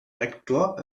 rektor